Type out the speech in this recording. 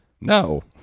No